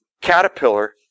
caterpillar